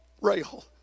rail